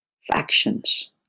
factions